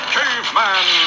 Caveman